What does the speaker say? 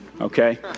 okay